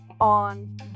on